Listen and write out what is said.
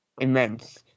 immense